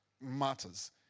matters